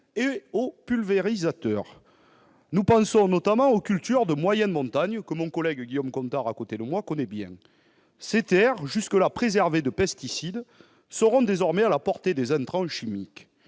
et aux pulvérisateurs. Nous pensons, notamment, aux cultures de moyenne montagne, que mon collègue Guillaume Gontard, qui siège à mes côtés, connaît bien. Ces terres jusqu'à présent préservées de pesticides seront désormais à la portée des intrants chimiques